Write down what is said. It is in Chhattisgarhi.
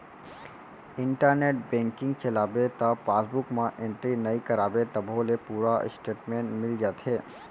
इंटरनेट बेंकिंग चलाबे त पासबूक म एंटरी नइ कराबे तभो ले पूरा इस्टेटमेंट मिल जाथे